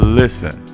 listen